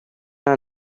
are